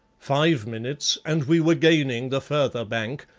five minutes and we were gaining the further bank,